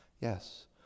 Yes